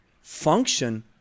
function